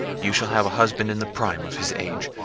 you shall have a husband in the prime of his age,